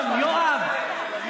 יואב,